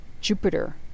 jupiter